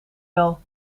wel